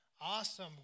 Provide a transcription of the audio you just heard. Awesome